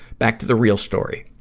back to the real story.